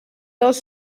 dos